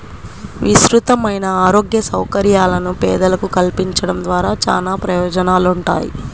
విస్తృతమైన ఆరోగ్య సౌకర్యాలను పేదలకు కల్పించడం ద్వారా చానా ప్రయోజనాలుంటాయి